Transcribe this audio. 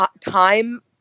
time